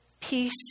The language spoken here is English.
peace